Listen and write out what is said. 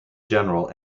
general